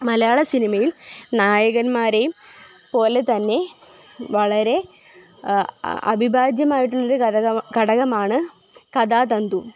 മലയാള സിനിമയിൽ നായകന്മാരെയും പോലെ തന്നെ വളരെ അവിഭാജ്യമായിട്ടുള്ള കട ഘടകമാണ് കഥാ തന്തു